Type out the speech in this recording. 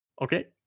Okay